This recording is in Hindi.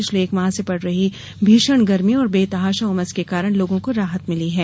पिछले एक माह से पड रही भीषण गर्मी और बेतहाशा उमस के कारण लोगों को राहत मिली है